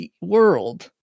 world